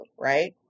right